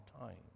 time